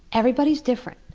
everybody's different.